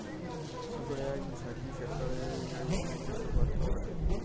सगळ्याइसाठी शेततळे ह्या योजनेची सुरुवात कवा झाली?